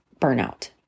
Burnout